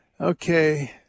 Okay